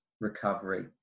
recovery